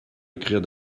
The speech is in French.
écrire